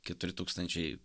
keturi tūkstančiai